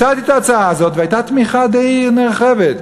הצעתי את ההצעה הזאת, והייתה תמיכה די נרחבת.